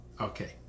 Okay